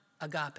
Agape